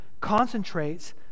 concentrates